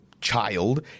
child